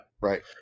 Right